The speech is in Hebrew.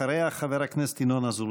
אחריה, חבר הכנסת ינון אזולאי.